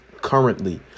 currently